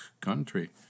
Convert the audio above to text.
country